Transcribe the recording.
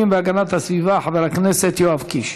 והגנת הסביבה חבר הכנסת יואב קיש.